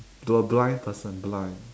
to a blind person blind